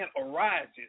arises